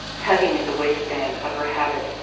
tugging at the waistband of her habit,